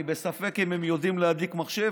אני בספק אם הם יודעים להדליק מחשב,